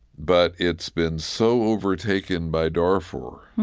but it's been so overtaken by darfur